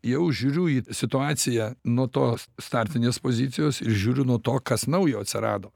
jau žiūriu į situaciją nuo tos startinės pozicijos žiūriu nuo to kas naujo atsirado